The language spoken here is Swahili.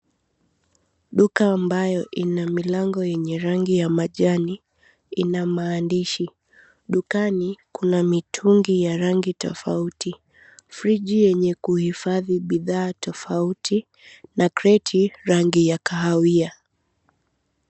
Duka ambayo ina milango yenye rangi ya majani ina maandishi. Dukani kuna mitungi ya rangi tofauti. Friji yenye kuhifadhi bidhaa tofauti na kreti rangi ya kahawia.